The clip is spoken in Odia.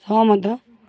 ସହମତ